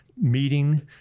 meeting